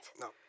No